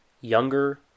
younger